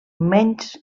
menys